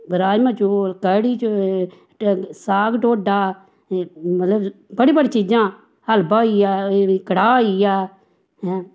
राजमा चौल कढ़ी साग ढोडा ते मतलव बड़ी बड़ी चीजां हलवा होइया कड़ाह् होइया हैं